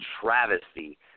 travesty